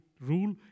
rule